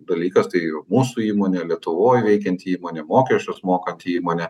dalykas tai mūsų įmonė lietuvoje veikianti įmonė mokesčius mokanti įmonė